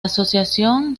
asociación